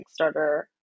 Kickstarter